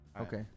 Okay